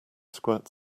squirt